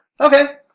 okay